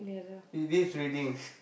it is reading